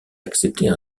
accepter